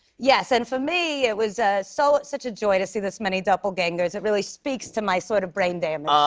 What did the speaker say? yes. and for me, it was so such a joy to see this many doppelgangers. it really speaks to my sort of brain damage.